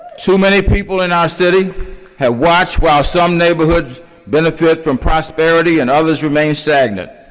too many people in our city have watched while some neighborhoods benefit from prosperity and others remain stagnant.